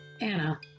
Anna